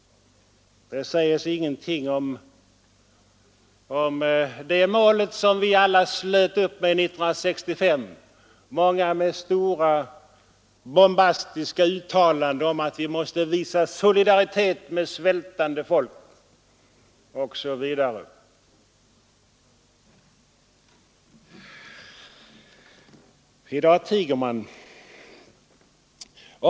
Där sägs ingenting om det mål som vi 1968 alla slöt upp omkring, många med bombastiska uttalanden om att ”vi måste visa solidaritet med svältande folk” osv. I dag tiger man.